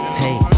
hey